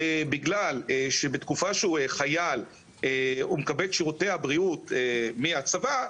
בגלל שבתקופה שהוא חייל הוא מקבל את שירותי הבריאות מהצבא,